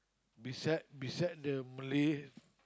beside beside the Malay